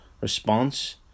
response